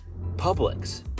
Publix